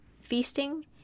feasting